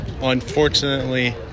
unfortunately